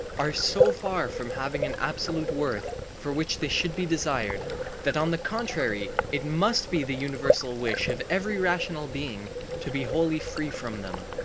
are so far from having an absolute worth for which they should be desired that on the contrary it must be the universal wish of every rational being to be wholly free from them.